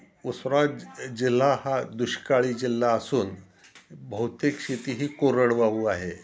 उस्मानाबाद जिल्हा हा दुष्काळी जिल्हा असून बहुतेक शेती ही कोरडवाहू आहे